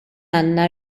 għandna